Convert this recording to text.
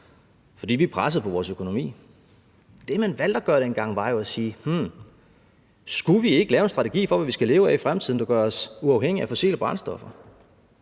for vi er presset på vores økonomi. Det, man valgte at gøre dengang, var jo at sige: Skulle vi ikke lave en strategi for, hvad vi skal leve af i fremtiden, som gør os uafhængige af fossile brændstoffer?